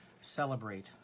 celebrate